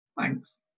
thanks